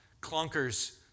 clunkers